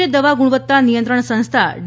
કેન્દ્રીય દવા ગુણવત્તા નિયંત્રણ સંસ્થા ડી